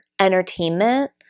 entertainment